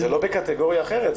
זה לא בקטגוריה אחרת.